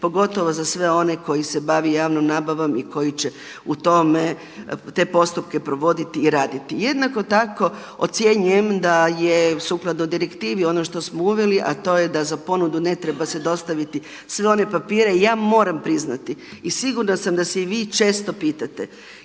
pogotovo za sve one koji se bave javnom nabavom i koji će u tome te postupke provoditi i raditi. Jednako tako ocjenjujem da je sukladno direktivi ono što smo uveli a to je da za ponudu ne treba se dostaviti sve one papire. Ja moram priznati i sigurna sam da se i vi često pitate